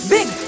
Big